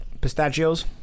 pistachios